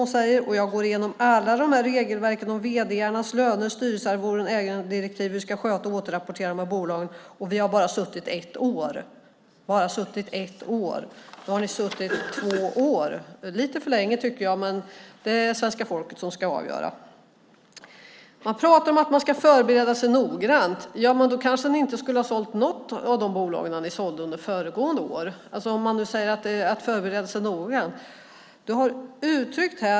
Hon sade: Jag går igenom alla de här regelverken om vd:arnas löner, styrelsearvoden, ägandedirektiv, hur vi ska sköta och återrapportera till de här bolagen, och vi har bara suttit ett år. Nu har ni suttit i två år. Det är lite för länge, tycker jag. Men det är svenska folket som ska avgöra det. Man pratar om att man ska förbereda sig noggrant. Ja, men då kanske ni inte skulle ha sålt något av de bolag som ni sålde under föregående år, om man nu säger att man ska förbereda sig noggrant.